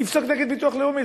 יפסוק נגד ביטוח לאומי,